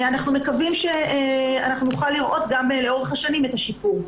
אנחנו מקווים שאנחנו נוכל לראות גם לאורך השנים את השיפור.